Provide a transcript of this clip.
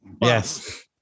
Yes